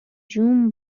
جون